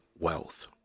wealth